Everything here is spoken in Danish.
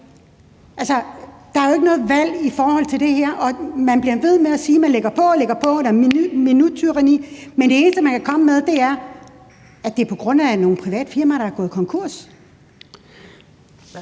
Der er jo ikke noget valg i forhold til det her. Man bliver ved med at sige, at man lægger på og lægger på og der er minuttyranni, men det eneste, man kan komme med, er, at det er på grund af nogle private firmaer, der er gået konkurs. Kl.